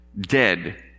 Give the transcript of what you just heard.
dead